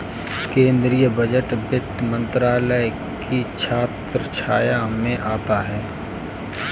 केंद्रीय बजट वित्त मंत्रालय की छत्रछाया में आता है